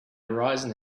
horizon